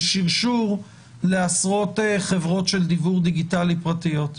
בשרשור לעשרות חברות של דיוור דיגיטלי פרטיות.